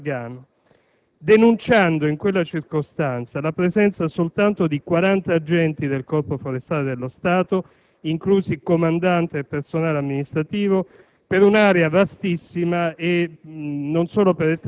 una lunga e articolata interrogazione sul Parco del Gargano, denunciando in quella circostanza la presenza soltanto di 40 agenti del Corpo forestale dello Stato, inclusi il comandante e il personale amministrativo,